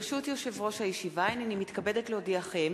ברשות יושב-ראש הישיבה, הנני מתכבדת להודיעכם,